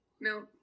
No